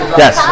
yes